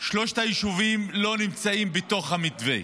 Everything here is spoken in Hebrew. שלושת היישובים לא נמצאים בתוך המתווה.